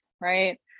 right